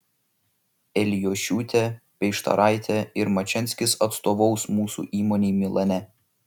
elijošiūtė peištaraitė ir mačianskis atstovaus mūsų įmonei milane